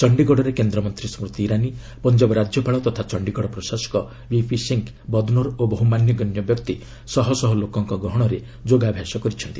ଚଣ୍ଡୀଗଡ଼ରେ କେନ୍ଦ୍ରମନ୍ତ୍ରୀ ସ୍ବୃତି ଇରାନୀ ପଞ୍ଜାବ ରାଜ୍ୟପାଳ ତଥା ଚଣ୍ଡୀଗଡ଼ ପ୍ରଶାସକ ଭିପି ସିଂ ବଦନୋର୍ ଓ ବହୁ ମାନ୍ୟଗଣ୍ୟ ବ୍ୟକ୍ତି ଶହ ଶହ ଲୋକଙ୍କ ଗହଣରେ ଯୋଗାଭ୍ୟାସ କରିଛନ୍ତି